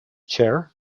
chair